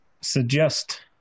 suggest